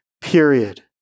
period